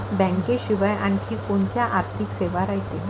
बँकेशिवाय आनखी कोंत्या आर्थिक सेवा रायते?